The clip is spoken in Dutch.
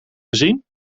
gezien